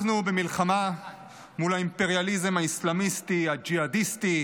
אנחנו במלחמה מול האימפריאליזם האסלאמיסטי הג'יהדיסטי,